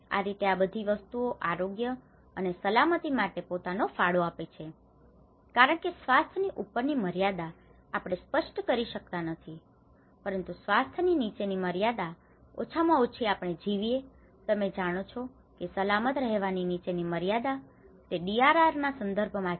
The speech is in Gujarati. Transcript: આ રીતે આ બધી વસ્તુઓ આરોગ્ય અને સલામતી માટે પોતાનો ફાળો આપે છે કારણ કે સ્વાસ્થ્ય ની ઉપર ની મર્યાદા આપણે સ્પષ્ટ કરી શકતા નથી પરંતુ સ્વાસ્થ્ય ની નીચેની મર્યાદા ઓછામાં ઓછી આપણે જીવીએ તમે જાણો છો કે સલામત રહેવાની નીચેની મર્યાદા તે ડીઆરઆર ના સંદર્ભ માં છે